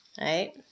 right